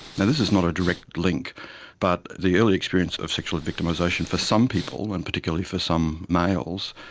now this is not a direct link but the early experience of sexual victimisation for some people, and particularly for some males,